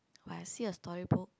when I see a storybook